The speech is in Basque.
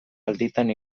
alditan